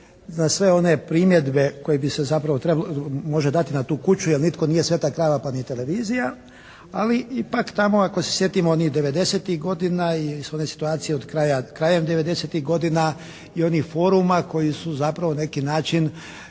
na sve one primjedbe koje se zapravo može dati na tu kuću jer nitko nije sveta krava pa ni televizija. Ali ipak tamo, ako se sjetimo onih 90-ih godina i one situacije od kraja, krajem 90-ih godina i onih foruma koji su zapravo na neki način